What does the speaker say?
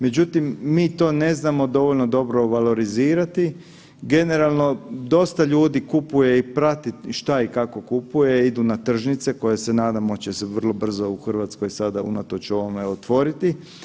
Međutim, mi to ne znamo dovoljno dobro valorizirati, generalno dosta ljudi kupuje i prati šta i kako kupuje, idu na tržnice koje se nadamo će se vrlo brzo u RH sada unatoč ovome otvoriti.